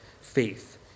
faith